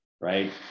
right